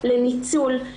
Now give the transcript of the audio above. לניצול,